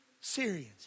Syrians